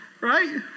Right